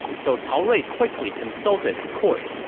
so cao rui quickly consulted his court.